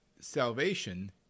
salvation